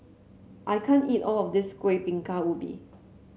I can't eat all of this Kuih Bingka Ubi